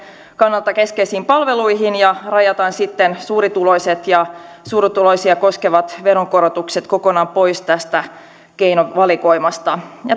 kannalta keskeisiin palveluihin ja rajataan sitten suurituloiset ja suurituloisia koskevat veronkorotukset kokonaan pois tästä keinovalikoimasta